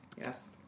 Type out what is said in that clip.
yes